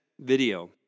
video